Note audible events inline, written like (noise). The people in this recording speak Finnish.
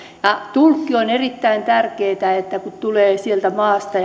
ja tulkki on erittäin tärkeä kun tulee toisesta maasta (unintelligible)